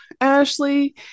Ashley